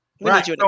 right